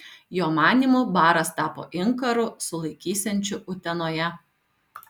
jo manymu baras tapo inkaru sulaikysiančiu utenoje